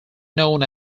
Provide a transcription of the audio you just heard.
known